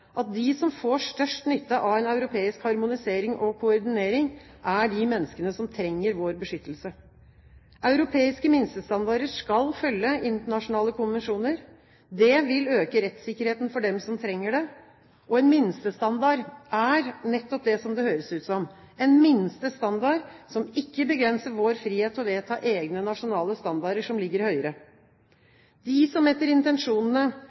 at de som får størst nytte av en europeisk harmonisering og koordinering, er de menneskene som trenger vår beskyttelse. Europeiske minstestandarder skal følge internasjonale konvensjoner. Det vil øke rettssikkerheten for dem som trenger det, og en minstestandard er nettopp det som det høres ut som – en minste standard, som ikke begrenser vår frihet til å vedta egne nasjonale standarder som ligger høyere. De som etter intensjonene